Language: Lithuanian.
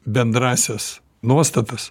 bendrąsias nuostatas